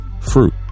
fruit